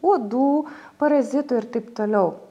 uodų parazitų ir taip toliau